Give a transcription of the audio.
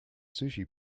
sushi